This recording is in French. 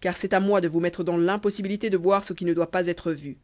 car c'est à moi de vous mettre dans l'impossibilité de voir ce qui ne doit pas être vu